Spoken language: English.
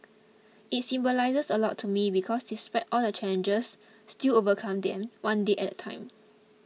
it symbolises a lot to me because despite all the challenges still overcame them one day at a time